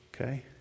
okay